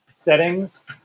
settings